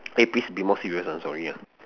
can you please be more serious ah sorry ah